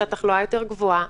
שהתחלואה יותר גבוהה,